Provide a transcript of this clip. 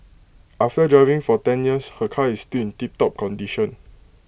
after driving for ten years her car is still in tiptop condition